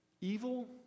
evil